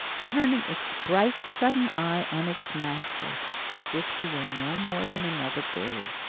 turning its bright sudden eye on its master as if he were no more than another bird.